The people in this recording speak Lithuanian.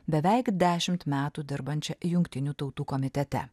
beveik dešimt metų dirbančia jungtinių tautų komitete